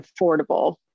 affordable